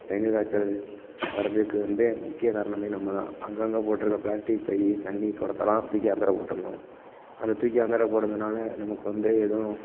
dengue காய்ச்சல் வரதுக்கு வந்து முக்கிய காரணமே நம்ம தான் அங்கங்கே போட்டிருக்க பிளாஸ்டிக் பை தண்ணிர் குடத்தலாம் தூக்கி அந்தரை போட்டுரணும் அதை தூக்கி அந்தரை போடுறதுனால நமக்கு வந்து எதுவும்